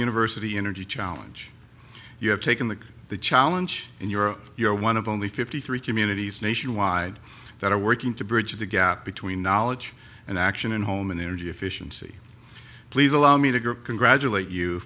university energy challenge you have taken the challenge and you're you're one of only fifty three communities nationwide that are working to bridge the gap between knowledge and action and home and energy efficiency please allow me to congratulate you